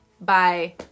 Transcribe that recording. Bye